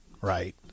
right